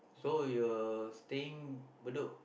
so you were staying Bedok